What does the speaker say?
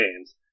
games